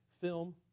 film